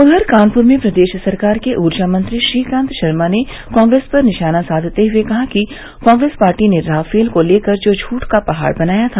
उधर कानपुर में प्रदेश सरकार के ऊर्जा मंत्री श्रीकांत शर्मा ने कांग्रेस पर निशाना साघते हुए कहा कि कांग्रेस पार्टी ने राफेल को लेकर जो झूठ का पहाड़ बनाया था